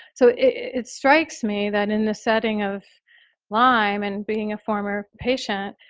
so it strikes me that in the setting of lyme and being a former patient,